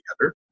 together